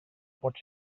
pot